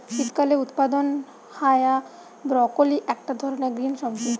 শীতকালে উৎপাদন হায়া ব্রকোলি একটা ধরণের গ্রিন সবজি